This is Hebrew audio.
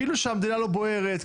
כאילו שהמדינה לא בוערת,